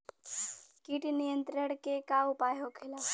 कीट नियंत्रण के का उपाय होखेला?